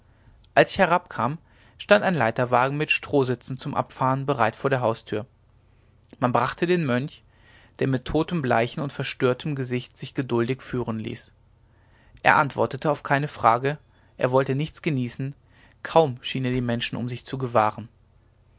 als ich herabkam stand ein leiterwagen mit strohsitzen zum abfahren bereit vor der haustür man brachte den mönch der mit totenbleichem und verstörtem gesicht sich geduldig führen ließ er antwortete auf keine frage er wollte nichts genießen kaum schien er die menschen um sich zu gewahren